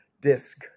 disc